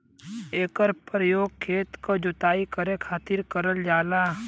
एकर परयोग खेत क जोताई करे खातिर करल जाला